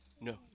No